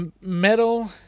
Metal